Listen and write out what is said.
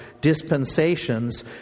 dispensations